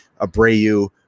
Abreu